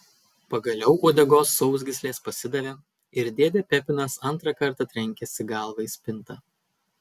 pagaliau uodegos sausgyslės pasidavė ir dėdė pepinas antrą kartą trenkėsi galva į spintą